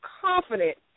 confident